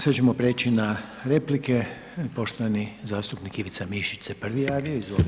Sada ćemo prijeći na replike, poštovani zastupnik Ivica Mišić se prvi javio, izvolite.